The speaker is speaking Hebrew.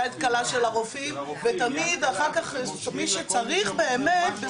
יד קלה של הרופאים ותמיד אחר כך מי שצריך באמת,